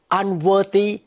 unworthy